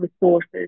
resources